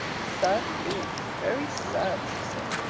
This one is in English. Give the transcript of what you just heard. sad doings! very sad! she said,